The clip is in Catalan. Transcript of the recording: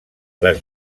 les